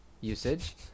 usage